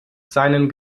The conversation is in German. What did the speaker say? seinen